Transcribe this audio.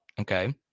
Okay